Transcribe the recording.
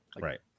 right